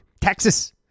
Texas